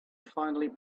finally